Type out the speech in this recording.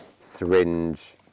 syringe